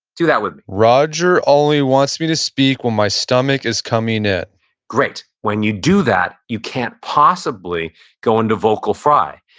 do that one roger only wants me to speak when my stomach is coming in great. when you do that, you can't possibly go into vocal fry,